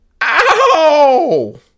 Ow